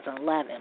2011